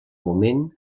moment